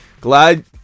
Glad